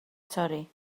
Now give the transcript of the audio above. torri